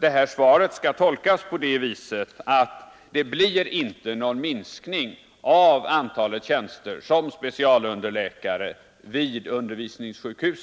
det här svaret skall tolkas på det sättet, att det inte blir någon minskning av antalet tjänster som specialunderläkare vid undervisningssjukhusen.